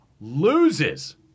loses